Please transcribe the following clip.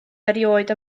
erioed